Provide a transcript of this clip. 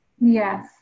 Yes